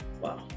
wow